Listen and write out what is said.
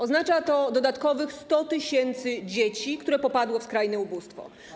Oznacza to dodatkowych 100 tys. dzieci, które popadło w skrajne ubóstwo.